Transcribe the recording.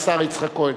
השר יצחק כהן.